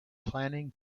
planning